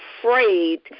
afraid